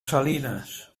salinas